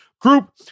group